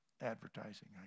advertising